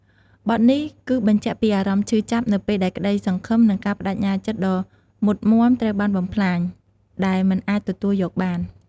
បទនេះគឺបញ្ជាក់ពីអារម្មណ៍ឈឺចាប់នៅពេលដែលក្តីសង្ឃឹម និងការប្តេជ្ញាចិត្តដ៏មុតមាំត្រូវបានបំផ្លាញ ដែលមិនអាចទទួលយកបាន។